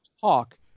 talk